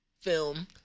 film